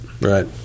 right